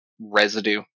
residue